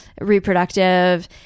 reproductive